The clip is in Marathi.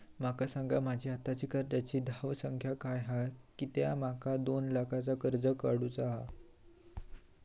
माका सांगा माझी आत्ताची कर्जाची धावसंख्या काय हा कित्या माका दोन लाखाचा कर्ज काढू चा हा?